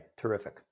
Terrific